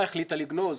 החליטה לגנוז,